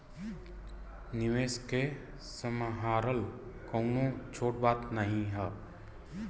निवेस के सम्हारल कउनो छोट बात नाही हौ